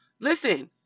Listen